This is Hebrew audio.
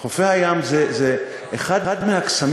חופי הים זה אחד הקסמים,